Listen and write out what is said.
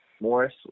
Morris